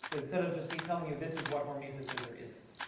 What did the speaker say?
instead of just me telling you this is what hormesis is or isn't.